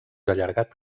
allargat